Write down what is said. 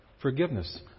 Forgiveness